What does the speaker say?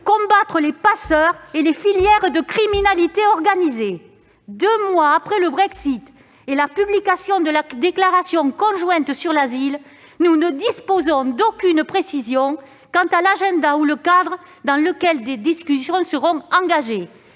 combattre les passeurs et les filières de criminalité organisée. Deux mois après le Brexit et la publication de la déclaration conjointe sur l'asile, nous ne disposons d'aucune précision quant à l'agenda ou au cadre dans lequel des discussions seront engagées.